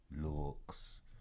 looks